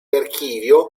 archivio